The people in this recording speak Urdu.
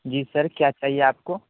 جی سر کیا چاہیے آپ کو